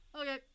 Okay